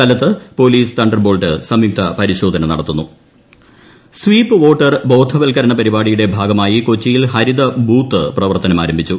സ്ഥലത്ത് police thunderbolt സംയുക്ത് ഫ്രിശോധന നടത്തുന്നു ഹരിത ബൂത്ത് സ്വീപ്പ് വോട്ടർ ബോധവൽക്കരണ പരിപാടിയുടെ ഭാഗമായി കൊച്ചിയിൽ ഹരിത ബൂത്ത് പ്രവർത്തനമാരംഭിച്ചു